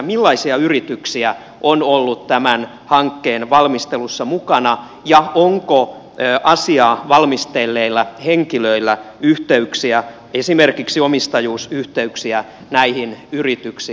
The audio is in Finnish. millaisia yrityksiä on ollut tämän hankkeen valmistelussa mukana ja onko asiaa valmistelleilla henkilöillä yhteyksiä esimerkiksi omistajuusyhteyksiä näihin yrityksiin